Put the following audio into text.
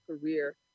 career